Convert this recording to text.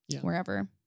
wherever